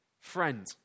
Friend